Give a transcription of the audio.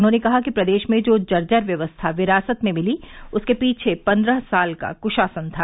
उन्होंने कहा कि प्रदेश में जो जर्जर व्यवस्था विरासत में मिली उसके पीछे पन्द्रह साल का कुशासन था